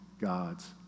God's